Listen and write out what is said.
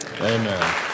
Amen